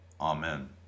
Amen